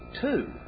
two